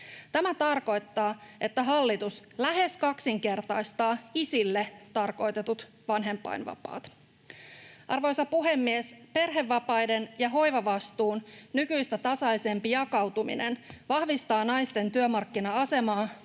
Tämä tarkoittaa, että hallitus lähes kaksinkertaistaa isille tarkoitetut vanhempainvapaat. Arvoisa puhemies! Perhevapaiden ja hoivavastuun nykyistä tasaisempi jakautuminen vahvistaa naisten työmarkkina-asemaa,